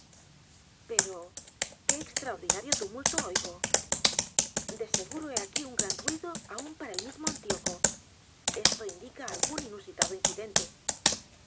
pero qué extraordinario tumulto oigo de sehe aquí un g r a n ruido aun para el mismo antioco indica algún inusitado incidente